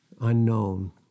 unknown